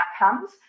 outcomes